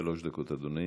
שלוש דקות, אדוני.